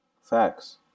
facts